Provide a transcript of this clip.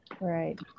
Right